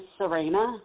Serena